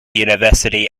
university